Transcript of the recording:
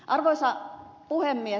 arvoisa puhemies